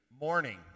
morning